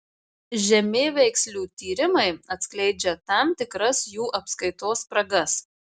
žemėveikslių tyrimai atskleidžia tam tikras jų apskaitos spragas